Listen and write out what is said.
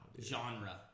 Genre